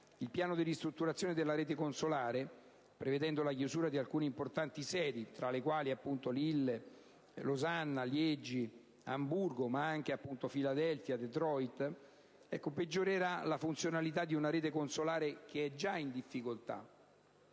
Il piano di ristrutturazione della rete consolare, prevedendo la chiusura di alcune importanti sedi, tra cui Lille, Losanna, Liegi, Amburgo, Filadelfia e Detroit, peggiorerà la funzionalità di una rete consolare già in difficoltà.